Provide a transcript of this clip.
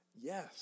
Yes